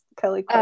kelly